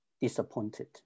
disappointed